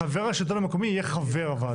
חבר השלטון המקומי יהיה חבר הוועדה.